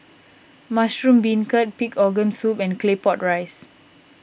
Mushroom Beancurd Pig Organ Soup and Claypot Rice